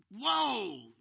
whoa